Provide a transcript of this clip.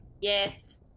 Yes